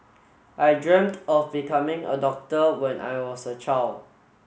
I dreamt of becoming a doctor when I was a child